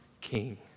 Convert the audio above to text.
king